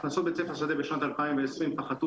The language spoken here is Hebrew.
הכנסות בית ספר "שדה" בשנת 2020 פחתו